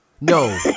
No